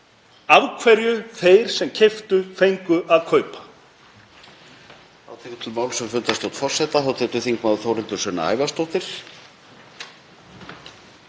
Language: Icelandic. af hverju þeir sem keyptu fengu að kaupa.